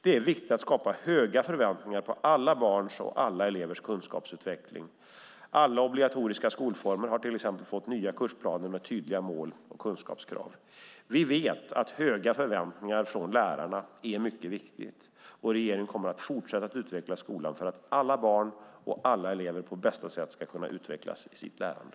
Det är viktigt att skapa höga förväntningar på alla barns och alla elevers kunskapsutveckling. Alla obligatoriska skolformer har till exempel fått nya kursplaner med tydliga mål och kunskapskrav. Vi vet att höga förväntningar från lärarna är mycket viktigt. Regeringen kommer att fortsätta utveckla skolan för att alla barn och alla elever på bästa sätt ska kunna utvecklas i sitt lärande.